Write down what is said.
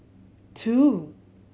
two